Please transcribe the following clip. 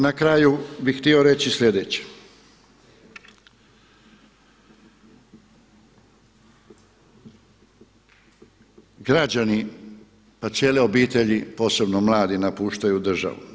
Na kraju bih htio reći sljedeće, građani, pa cijele obitelji, posebno mladi napuštaju državu.